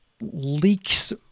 leaks